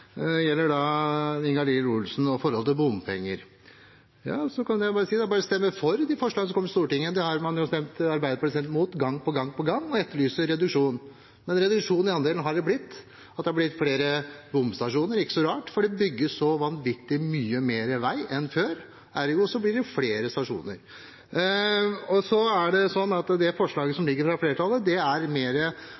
gjelder Ingalill Olsen og forholdet til bompenger, kan jeg si at det er bare å stemme for de forslagene som kommer til Stortinget. Dem har jo Arbeiderpartiet stemt imot gang på gang, og etterlyser reduksjon. En reduksjon i andelen har det blitt. At det har blitt flere bomstasjoner, er ikke så rart, for det bygges så vanvittig mye mer vei enn før – ergo blir det flere stasjoner. Det forslaget som foreligger fra flertallet, er mer forutsigbart og godt innrammet, sånn at det